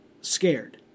scared